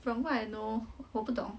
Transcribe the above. from what I know 我不懂